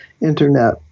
internet